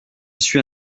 suit